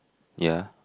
ya